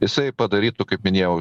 jisai padarytų kaip minėjau